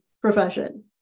profession